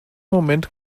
moment